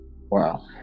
wow